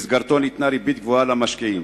שבמסגרתו ניתנה ריבית גבוהה למשקיעים.